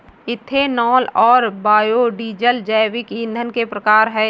ethanol और biodiesel जैविक ईंधन के प्रकार है